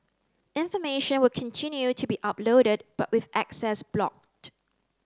information will continue to be uploaded but with access blocked